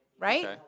Right